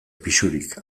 pisurik